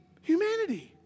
humanity